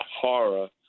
horror